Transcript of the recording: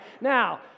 Now